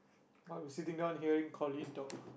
I was sitting down hearing Coleen talk